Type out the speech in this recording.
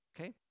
Okay